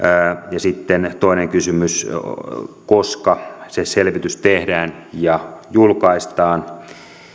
ja sitten toinen kysymys koska se selvitys tehdään ja julkaistaan